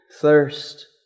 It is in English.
thirst